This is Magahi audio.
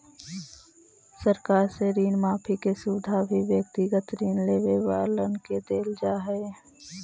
सरकार से ऋण माफी के सुविधा भी व्यक्तिगत ऋण लेवे वालन के देल जा हई